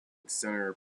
center